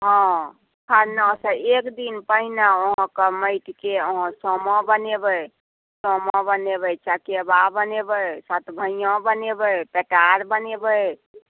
हॅ खरनासँ एक दिन पहिने अहाँके माटिके सामा बनेबै सामा बनेबै चकेवा बनेबै सतभइया बनेबै पेटार बनेबै